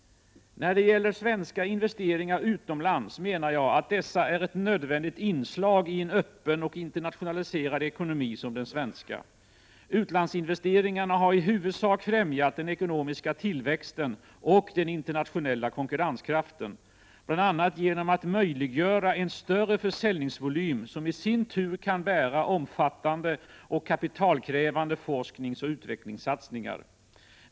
När det gäller svenska investeringar utomlands menar jag att dessa är ett nödvändigt inslag i en öppen och internationaliserad ekonomi som den svenska. Utlandsinvesteringarna har i huvudsak främjat den ekonomiska tillväxten och den internationella konkurrenskraften, bl.a. genom att möjliggöra en större försäljningsvolym som i sin tur kan bära omfattande och kapitalkrävande forskningsoch utvecklingssatsningar.